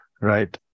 right